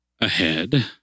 Ahead